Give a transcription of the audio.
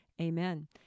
Amen